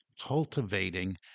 cultivating